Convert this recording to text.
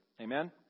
Amen